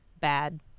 bad